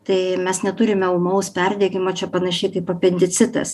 tai mes neturime ūmaus perdegimo čia panašiai kaip apendicitas